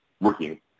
working